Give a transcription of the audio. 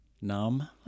numb